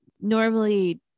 normally